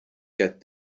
get